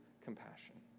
compassion